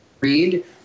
read